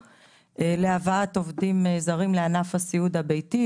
להבאת עובדים זרים לענף הסיעוד הביתי,